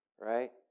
right